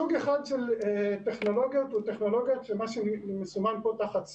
סוג אחד של טכנולוגיות הן מה שמסומן כאן תחת "סלולר",